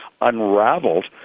unraveled